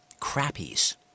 crappies